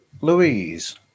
Louise